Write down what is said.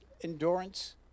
endurance